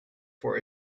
for